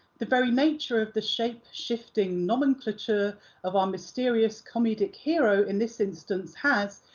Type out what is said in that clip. the very nature of the shape-shifting nomenclature of our mysterious comedic hero in this instance has,